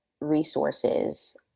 resources